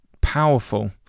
powerful